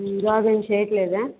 జాబేమి చేయట్లేదా